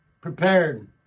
prepared